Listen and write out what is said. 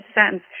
sentence